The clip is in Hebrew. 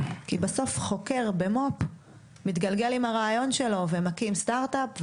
כי בסוף חוקר במו"פ מתגלגל עם הרעיון שלו ומקים סטארטאפ,